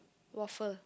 waffle